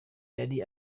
yari